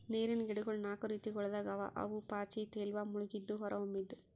ನೀರಿನ್ ಗಿಡಗೊಳ್ ನಾಕು ರೀತಿಗೊಳ್ದಾಗ್ ಅವಾ ಅವು ಪಾಚಿ, ತೇಲುವ, ಮುಳುಗಿದ್ದು, ಹೊರಹೊಮ್ಮಿದ್